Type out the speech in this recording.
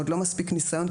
עוד לא מספיק ניסיון,